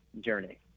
journey